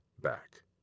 back